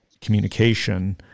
communication